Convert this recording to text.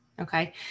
Okay